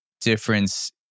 difference